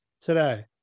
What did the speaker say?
today